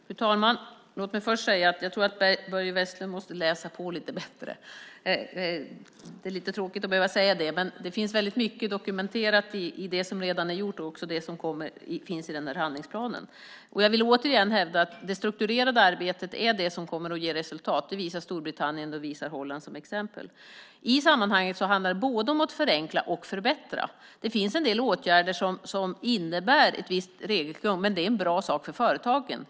Fru talman! Låt mig först säga att jag tror att Börje Vestlund måste läsa på lite bättre. Det är lite tråkigt att behöva säga det. Men det finns mycket dokumenterat i det som redan är gjort och det som finns i handlingsplanen. Jag vill återigen hävda att det strukturerade arbetet är det som kommer att ge resultat. Det visar Storbritannien och Holland som exempel. I sammanhanget handlar det både om att förenkla och att förbättra. Det finns en del åtgärder som innebär visst regelkrångel men som är en bra sak för företagen.